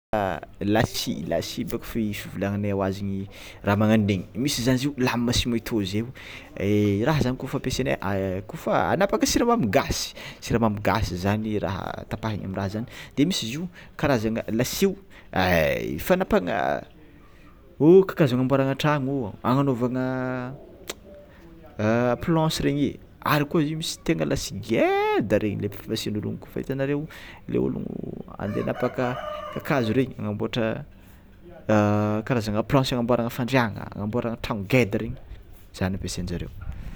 Lasy lasy bôka fivolagnanay azy raha magnandregny misy zany izy io lame simeto zay raha zany kôfa ampiasany kofa anapaka siramamy gasy siramamy gasy raha tapaha raha zany de misy izy io karazagna lasy fanapahana o kakazo agnamboaragna tragno agnanaovana planche regny ary koa izy io misy tena lasy tena ngeda regny le mety fagnasinolo kôfa efa itanareo le ôlô handeha anapaka kakazo regny hamboatra karazagna planche agnamboaragna fandriagna agnamboarana tragno ngeda regny zany ampiasainjareo.